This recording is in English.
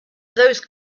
those